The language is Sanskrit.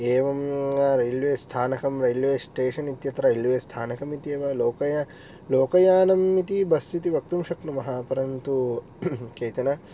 एवं रैल्वेस्थानकं रैल्वे स्टेशन् इत्यत्र रैल्वे स्थानकम् इत्येव लोके लोकयानम् इति बस् इति वक्तुं शक्नुमः परन्तु केचन